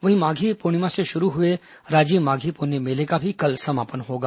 वहीं माधी पूर्णिमा से शुरू हुए राजिम माधी पुन्नी मेले का भी कल समापन होगा